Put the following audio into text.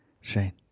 Shane